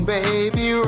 baby